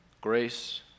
grace